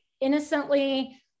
innocently